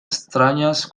extrañas